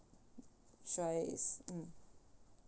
should I s~ mm